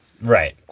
Right